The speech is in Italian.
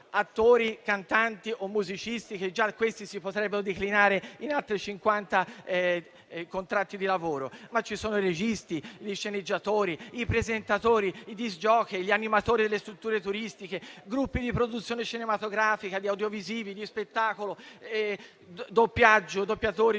attori, cantanti o musicisti, che già si potrebbero declinare in altri cinquanta contratti di lavoro, ma anche di registi, di sceneggiatori, di presentatori, di *disc jockey*, di animatori delle strutture turistiche, di gruppi di produzione cinematografica, di audiovisivi, di spettacolo, di doppiatori, di